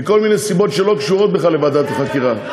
מכל מיני סיבות שלא קשורות בכלל לוועדת החקירה.